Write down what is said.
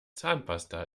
zahnpasta